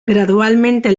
gradualmente